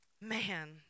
Man